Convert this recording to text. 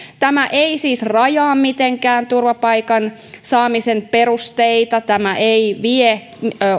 tämä ei siis rajaa mitenkään turvapaikan saamisen perusteita tämä ei vie